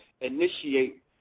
initiate